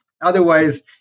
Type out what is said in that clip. Otherwise